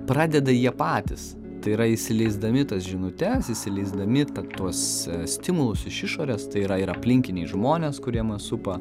pradeda jie patys tai yra įsileisdami tas žinutes įsileisdami tuos stimulus iš išorės tai yra ir aplinkiniai žmonės kurie mus supa